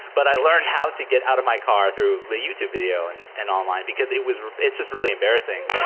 but i learned how to get out of my car, through the youtube video and and online, because it was it's just really embarrassing,